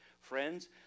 Friends